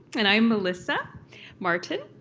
and i'm melissa martin.